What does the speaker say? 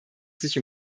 sich